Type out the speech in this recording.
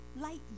light